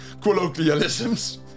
colloquialisms